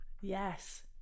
Yes